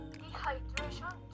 dehydration